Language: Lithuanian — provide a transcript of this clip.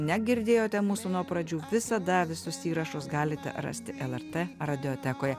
negirdėjote mūsų nuo pradžių visada visus įrašus galite rasti lrt radiotekoj